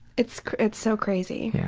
it's it's so crazy. yeah